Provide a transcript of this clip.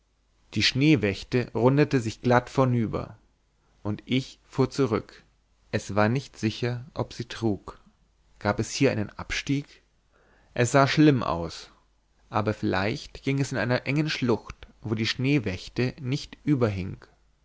die schneewächte rundete sich glatt vornüber und ich fuhr zurück es war nicht sicher ob sie trug gab es hier einen abstieg es sah schlimm aus aber vielleicht ging es in einer engen schlucht wo die schneewächte nicht überhing